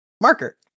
Marker